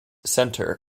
center